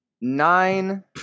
Nine